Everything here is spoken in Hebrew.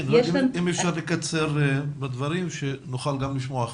אם אפשר לקצר בדברים כדי שנוכל לשמוע גם אחרים.